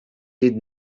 did